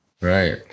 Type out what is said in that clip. right